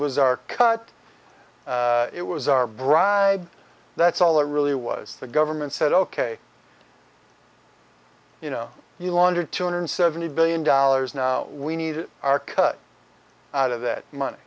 was our cut it was our bribe that's all it really was the government said ok you know you laundered two hundred seventy billion dollars now we need our cut out of that money